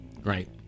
Right